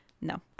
no